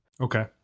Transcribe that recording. okay